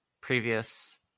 previous